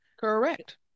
Correct